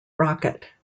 rocket